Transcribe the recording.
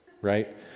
right